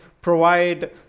provide